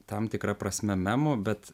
tam tikra prasme memu bet